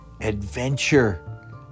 adventure